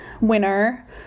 winner